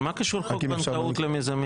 מה האפשרויות שעלו במליאה?